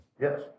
Yes